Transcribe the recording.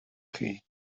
chi